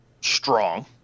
strong